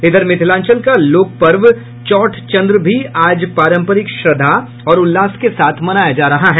इधर मिथिलांचल का लोक पर्व चौठ चंद्र भी आज पारंपरिक श्रद्धा और उल्लास के साथ मनाया जा रहा है